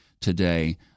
today